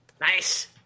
nice